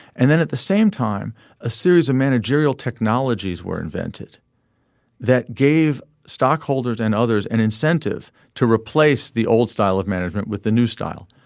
and then at the same time a series of managerial technologies were invented that gave stockholders and others an incentive to replace the old style of management with the new style.